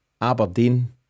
Aberdeen